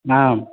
आम्